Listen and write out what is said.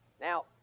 Now